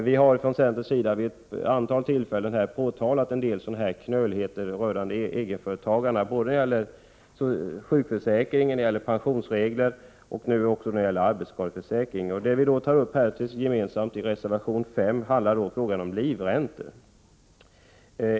Vi har från centerns sida vid ett antal tillfällen påtalat en del sådana knöligheter både när det gäller sjukförsäkringen, pensionsreglerna och arbetsskadeförsäkringen. Vi tar i reservation 5 tillsammans med moderaterna och miljöpartiet upp frågan om livräntor.